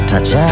Touch